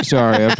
sorry